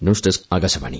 news desk Akashvani